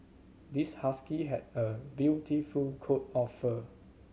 this husky has a beautiful coat of fur